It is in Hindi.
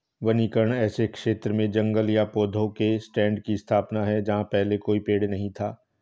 वनीकरण ऐसे क्षेत्र में जंगल या पेड़ों के स्टैंड की स्थापना है जहां पहले कोई पेड़ नहीं था